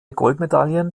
goldmedaillen